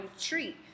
treat